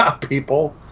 people